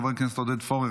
חבר הכנסת עודד פורר,